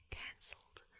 cancelled